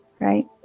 right